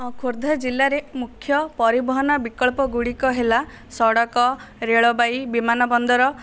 ଖୋର୍ଦ୍ଧା ଜିଲ୍ଲାରେ ମୁଖ୍ୟ ପରିବହନ ବିକଳ୍ପ ଗୁଡ଼ିକ ହେଲା ସଡ଼କ ରେଳବାଇ ବିମାନ ବନ୍ଦର